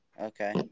Okay